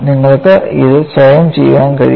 നിങ്ങൾക്ക് ഇത് സ്വയം ചെയ്യാൻ കഴിയും